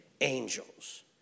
angels